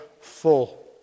full